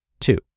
Two